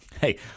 hey